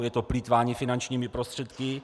Je to plýtvání finančními prostředky.